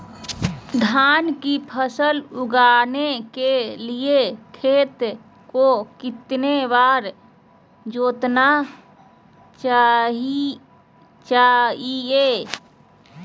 धान की फसल उगाने के लिए खेत को कितने बार जोतना चाइए?